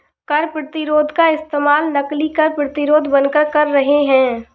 कर प्रतिरोध का इस्तेमाल नकली कर प्रतिरोधक बनकर कर रहे हैं